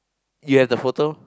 you have the photo